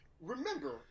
remember